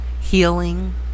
Healing